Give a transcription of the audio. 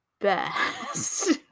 best